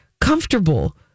comfortable